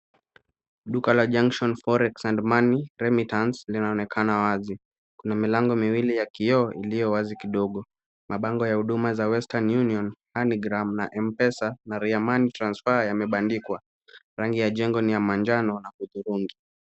Duka la Junction Forex and Money Remittance linaonekana wazi. Kuna milango miwili ya kioo iliyo wazi kidogo. Mabango ya huduma za Western Union, Money gram na M-pesa na Ria money transfer yamebandikwa. Rangi ya jengo ni ya manjano na hudhurungi.